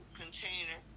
container